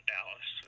Dallas